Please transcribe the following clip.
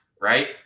right